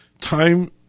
Time